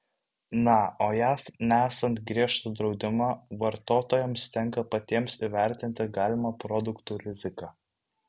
na o jav nesant griežto draudimo vartotojams tenka patiems įvertinti galimą produktų riziką